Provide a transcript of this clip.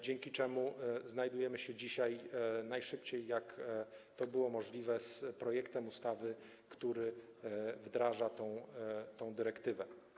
Dzięki temu zajmujemy się dzisiaj najszybciej, jak to było możliwe, projektem ustawy, która wdraża tę dyrektywę.